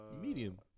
Medium